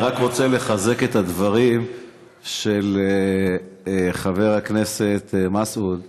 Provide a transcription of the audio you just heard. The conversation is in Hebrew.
אני רק רוצה לחזק את הדברים של חבר הכנסת מסעוד.